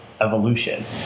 evolution